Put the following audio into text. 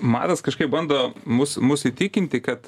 matas kažkaip bando mus mus įtikinti kad